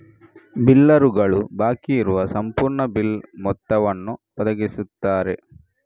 ಬಿಲ್ಲರುಗಳು ಬಾಕಿ ಇರುವ ಸಂಪೂರ್ಣ ಬಿಲ್ ಮೊತ್ತವನ್ನು ಒದಗಿಸುತ್ತಾರೆ